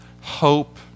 hope